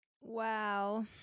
wow